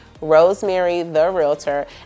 rosemarytherealtor